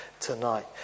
tonight